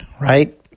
right